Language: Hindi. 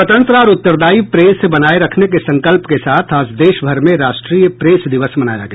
स्वतंत्र और उत्तरदायी प्रेस बनाये रखने के संकल्प के साथ आज देश भर में राष्ट्रीय प्रेस दिवस मनाया गया